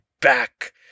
back